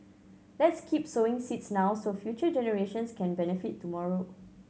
let's keep sowing seeds now so future generations can benefit tomorrow